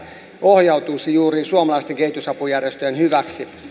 ohjautuisi juuri suomalaisten kehitysapujärjestöjen hyväksi